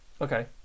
okay